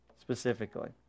specifically